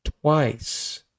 twice